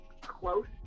close